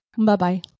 Bye-bye